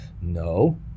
No